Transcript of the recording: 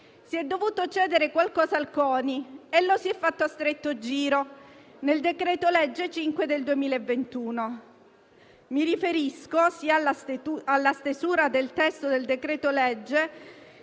si è dovuto cedere qualcosa al CONI e lo si è fatto a stretto giro, nel decreto-legge n. 5 del 2021. Mi riferisco sia alla fase di stesura del testo del decreto-legge,